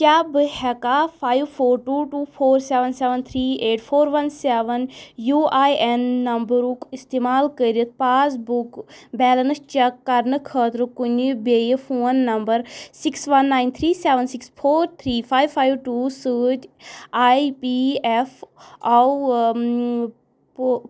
کیٛاہ بہٕ ہٮ۪کاہ five four two two four seven seven three eight four one seven U I N نَمبرُک اِستعمال کٔرِتھ پاس بُک بیلینٕس چَک کَرنہٕ خٲطرٕ کُنہِ بیٚیہِ phone number six one nine three seven six four three five five two سۭتۍ I P F O